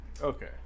Okay